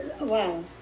wow